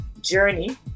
journey